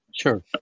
Sure